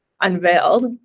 unveiled